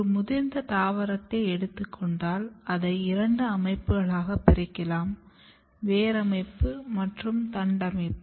ஒரு முதிர்ந்த தாவரத்தை எடுத்துக் கொண்டால் அதை இரண்டு அமைப்புகளாக பிரிக்கலாம் வேர் அமைப்பு மற்றும் தண்டமைப்பு